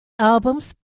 albums